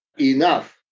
enough